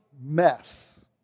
mess